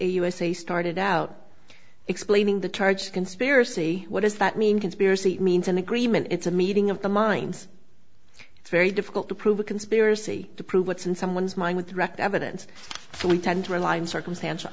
usa started out explaining the charge conspiracy what does that mean conspiracy means an agreement it's a meeting of the minds it's very difficult to prove a conspiracy to prove what's in someone's mind with direct evidence so we tend to rely on circumstantial